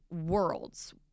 worlds